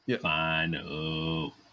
Final